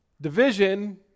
Division